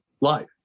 life